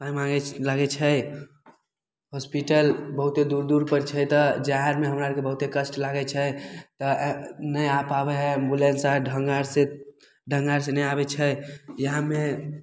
पाइ माँगे लागैत छै होस्पिटल बहुते दूर दूर पर छै तऽ जाए आबे हमरा आरके बहुते कष्ट लागैत छै तऽ नहि आ पाबै हए एम्बुलेन्स आर ढङ्ग आरसे ढङ्ग आर से नहि आबैत छै इहएमे